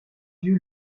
dieu